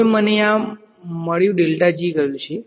હવે મને આ મળી ગયું છે